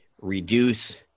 reduce